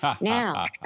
now